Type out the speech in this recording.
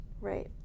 Right